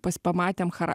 pas pamatėm chara